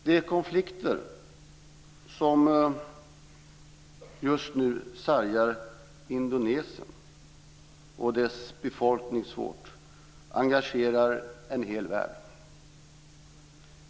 De konflikter som just nu sargar Indonesien och dess befolkning svårt engagerar en hel värld.